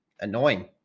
annoying